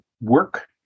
work